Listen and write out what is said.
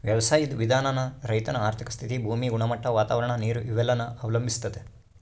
ವ್ಯವಸಾಯುದ್ ವಿಧಾನಾನ ರೈತನ ಆರ್ಥಿಕ ಸ್ಥಿತಿ, ಭೂಮಿ ಗುಣಮಟ್ಟ, ವಾತಾವರಣ, ನೀರು ಇವೆಲ್ಲನ ಅವಲಂಬಿಸ್ತತೆ